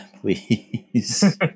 please